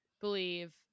believe